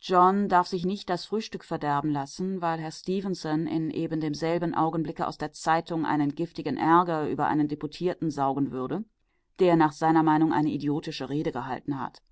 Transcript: john darf sich nicht das frühstück verderben lassen weil herr stefenson in ebendemselben augenblick aus der zeitung einen giftigen ärger über einen deputierten saugen würde der nach seiner meinung eine idiotische rede gehalten hat